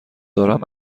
دارم